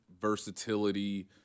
versatility